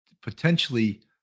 potentially